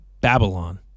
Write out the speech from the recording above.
Babylon